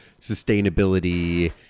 sustainability